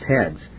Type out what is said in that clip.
heads